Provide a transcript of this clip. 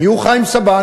מי הוא חיים סבן?